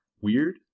weird